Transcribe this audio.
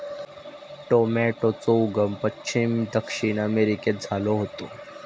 टॉमेटोचो उगम पश्चिम दक्षिण अमेरिकेत झालो होतो